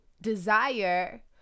desire